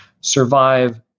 survive